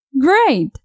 Great